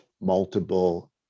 multiple